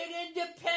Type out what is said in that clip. independent